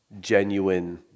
genuine